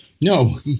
no